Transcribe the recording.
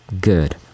good